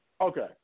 Okay